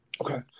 Okay